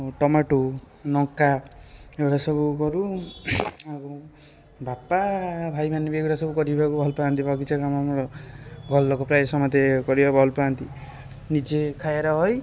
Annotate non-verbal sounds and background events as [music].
tomato ଲଙ୍କା ଏଇ ଗୁଡ଼ା ସବୁ କରୁ ଆଉ ବାପା ଭାଇମାନେ ବି ଏଇ ଗୁଡ଼ା ସବୁ କରିବାକୁ ଭଲ ପାଆନ୍ତି ବଗିଚା କାମ [unintelligible] ଘର ଲୋକ ପ୍ରାୟ ସମସ୍ତେ କରିବାକୁ ଭଲ ପାଆନ୍ତି ନିଜେ ଖାଇବାରେ ହଇ